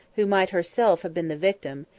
who might herself have been the victim,